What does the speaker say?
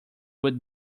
would